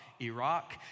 Iraq